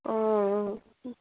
অঁ অঁ